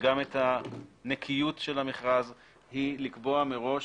וגם את הנקיות של המכרז היא לקבוע מראש